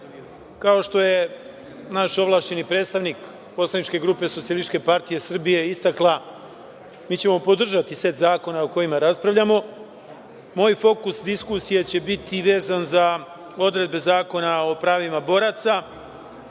kao što je naš ovlašćeni predstavnik poslaničke grupe SPS istakla, mi ćemo podržati set zakona o kojima raspravljamo. Moj fokus diskusije će biti vezan za odredbe Zakona o pravima boraca.